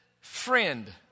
friend